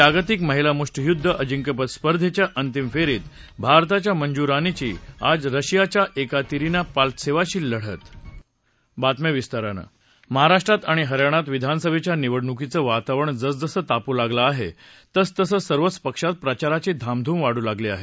जागतिक महिला मुष्टियुद्ध अजिंक्यपद स्पर्धेच्या अंतिम फेरीत भारताच्या मंजु रानीची आज रशियाच्या एकातेरिना पाल्तसेवाशी लढत महाराष्ट्रात आणि हरयाणात विधानसभेच्या निवडणुकीचं वातावरण जसजसं तापू लागलं आहे तसतसं सर्वच पक्षांत प्रचाराची धामधूम वाढू लागली आहे